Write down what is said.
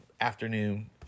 afternoon